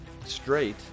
Straight